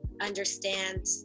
understand